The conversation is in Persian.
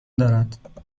دارد